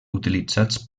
utilitzats